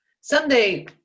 Someday